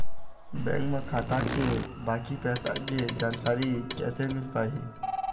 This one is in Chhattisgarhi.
बैंक म खाता के बाकी पैसा के जानकारी कैसे मिल पाही?